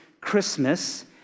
Christmas